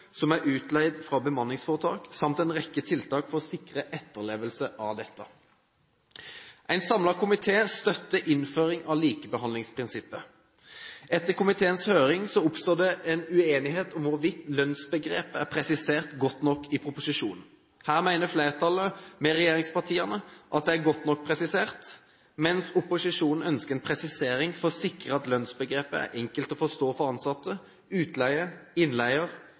som er utleid fra bemanningsforetak, samt en rekke tiltak for å sikre etterlevelse av dette. En samlet komité støtter innføring av likebehandlingsprinsippet. Etter komiteens høring oppsto det en uenighet om hvorvidt lønnsbegrepet er presisert godt nok i proposisjonen. Her mener flertallet, med regjeringspartiene, at det er godt nok presisert, mens opposisjonen ønsker en presisering for å sikre at lønnsbegrepet er enkelt å forstå for ansatte, utleier og innleier,